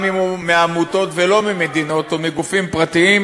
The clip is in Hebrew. גם אם הוא מהעמותות ולא ממדינות או מגופים פרטיים,